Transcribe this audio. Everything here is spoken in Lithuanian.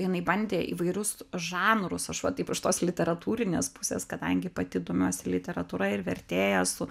jinai bandė įvairius žanrus aš va taip iš tos literatūrinės pusės kadangi pati domiuosi literatūra ir vertėja esu